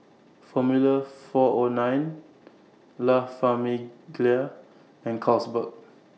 Formula four O nine La Famiglia and Carlsberg